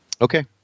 Okay